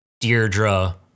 Deirdre